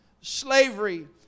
slavery